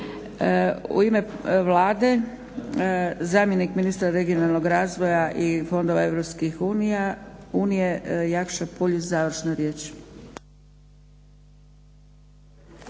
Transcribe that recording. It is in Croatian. U ime Vlade zamjenik ministra regionalnog razvoja i fondova EU Jakša Puljiz, završna riječ.